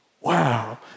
Wow